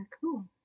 Cool